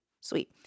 sweet